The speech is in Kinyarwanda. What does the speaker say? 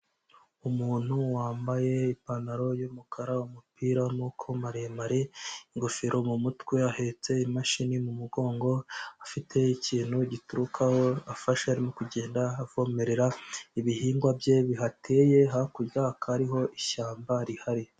Umuntu wambaye ipantaro y'umukara, umupira w'amaboko maremare, ingofero mu mutwe, ahetse imashini mu mugongo, afite ikintu giturukaho afashe arimo kugenda avomerera ibihingwa bye bihateye, hakurya hakaba hariho ishyamba rihari.